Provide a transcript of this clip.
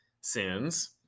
sins